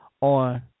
on